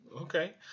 Okay